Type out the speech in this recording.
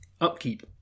Upkeep